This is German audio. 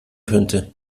könnte